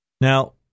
Now